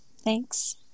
Thanks